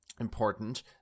important